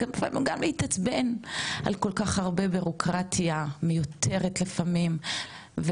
ולפעמים גם להתעצבן על כל כך הרבה בירוקרטיה מיותרת לפעמים,